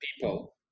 people